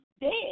dead